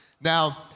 Now